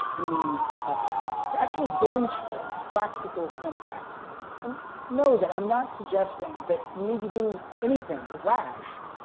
the needs of it to actually demonstrate practical impact and know that i'm not suggesting that you need to do anything rash.